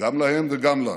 גם להם וגם לנו,